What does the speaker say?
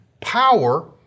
power